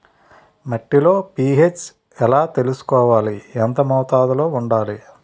మట్టిలో పీ.హెచ్ ఎలా తెలుసుకోవాలి? ఎంత మోతాదులో వుండాలి?